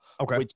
okay